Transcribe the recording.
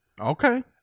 Okay